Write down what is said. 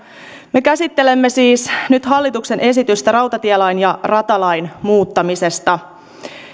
me käsittelemme siis nyt hallituksen esitystä rautatielain ja ratalain muuttamisesta